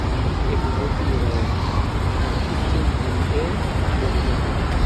Hebugo pirawol, ngam ustini himbe bone jahale